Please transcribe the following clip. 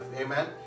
amen